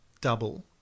double